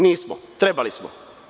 Nismo, trebali smo.